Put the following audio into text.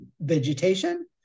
vegetation